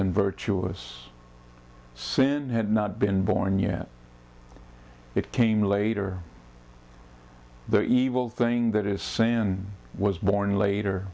in virtuous sin and not been born yet it came later the evil thing that is saying was born later